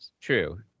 True